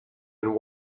and